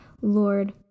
Lord